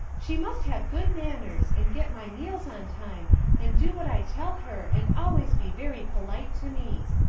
she must have good manners and get my meals on time and do what i tell her and always be very polite to me.